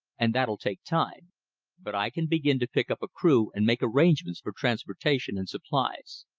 and that'll take time but i can begin to pick up a crew and make arrangements for transportation and supplies.